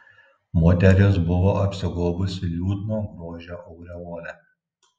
moteris buvo apsigaubusi liūdno grožio aureole